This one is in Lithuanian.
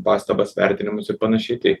pastabas vertinimus ir panašiai tai